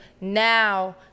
now